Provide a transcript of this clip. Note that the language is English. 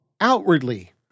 outwardly